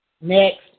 Next